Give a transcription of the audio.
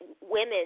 women